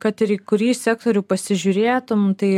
kad ir į kurį sektorių pasižiūrėtum tai